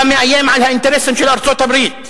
אתה מאיים על האינטרסים של ארצות-הברית,